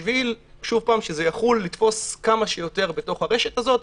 בשביל שזה יתפוס כמה שיותר ברשת הזאת,